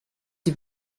die